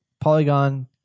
Polygon